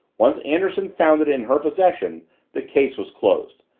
once anderson found it in her possession the case was closed,